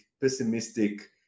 pessimistic